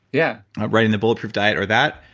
yeah writing the bulletproof diet or that,